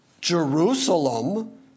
Jerusalem